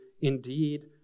Indeed